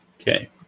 Okay